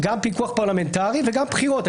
גם פיקוח פרלמנטרי וגם בחירות.